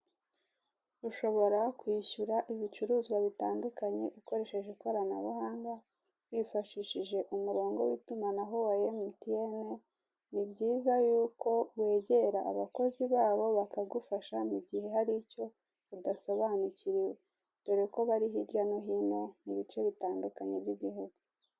Ushobora kwishyura ibicuruzwa bitandukanye ukoresheje ikoranabuhanga wifashishije umurongo w'itumanaho wa MTN, ni byiza yuko wegera abakozi babo bakagufasha mugihe hari icyo udasobanukiwe dore ko bari hirya no hino mu bice bitandukanye by'igihugu.